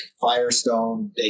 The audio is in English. Firestone